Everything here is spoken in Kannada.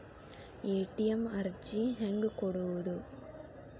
ಎ.ಟಿ.ಎಂ ಅರ್ಜಿ ಹೆಂಗೆ ಕೊಡುವುದು?